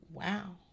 wow